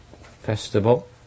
festival